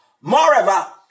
moreover